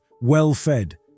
well-fed